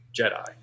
Jedi